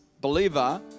believer